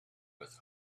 with